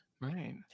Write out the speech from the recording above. Right